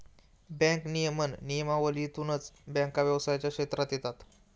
bank नियमन नियमावलीतूनच बँका व्यवसायाच्या क्षेत्रात येतात